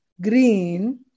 green